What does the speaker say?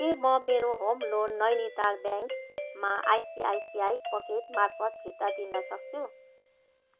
के म मेरो होम लोन नैनिताल ब्याङ्कमा आइसिआइसिआई पकेट मार्फत फिर्ता दिन सक्छु